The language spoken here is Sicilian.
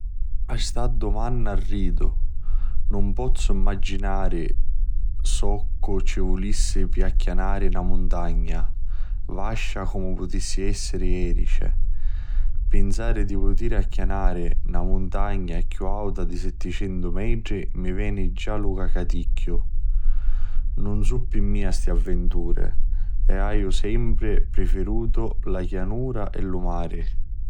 A sta dumanna ridu. Nun pozzu mmaginari soccu ci vulissi pi acchianari na muntagna vascia comu putissi esseri erici. Pinsari di putiri acchianari na muntagna chiù auta di setticentu metri mi veni già lu cacaticchiu, nun sunnu pi mia sti avvinturi e aiu sempri prifirutu la chianura e lu mari.